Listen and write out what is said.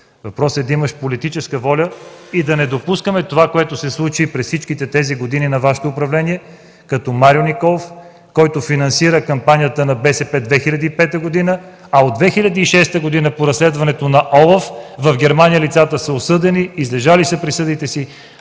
Въпросът е да имаш политическата воля и да не допускаме това, което се случи през всичките години на Вашето управление – като Марио Николов, който финансира кампанията на БСП през 2005 г. От 2006 г. по разследването на ОЛАФ в Германия лицата са осъдени, излежали са присъдите си,